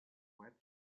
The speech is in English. web